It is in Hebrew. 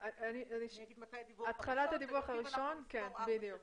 אני אגיד מתי הדיווח הראשון ומשם נספור ארבע שנים.